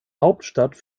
hauptstadt